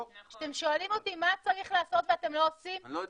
כשאתם שואלים אותי מה צריך לעשות ולא עושים --- אני לא יודע,